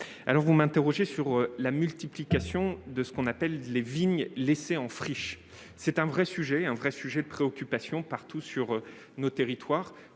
Vous m'interrogez sur la multiplication de ce qu'on appelle les vignes laissées en friche. C'est un sujet important de préoccupation partout sur notre territoire,